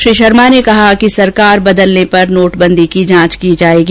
श्री शर्मा ने कहा कि सरकार बदलने पर नोटबंदी की जांच की जाएगी